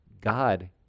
God